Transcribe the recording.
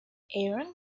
aaron